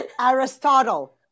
Aristotle